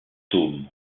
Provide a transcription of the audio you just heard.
tomes